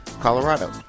Colorado